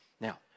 Now